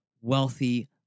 wealthy